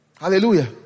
Hallelujah